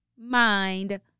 mind